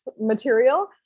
material